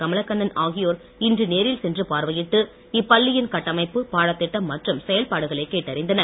கமலக்கண்ணன் ஆகியோர் இன்று நேரில் சென்று பார்வையிட்டு இப்பள்ளியின் கட்டமைப்பு பாடத்திட்டம் மற்றும் செயல்பாடுகளை கேட்டறிந்தனர்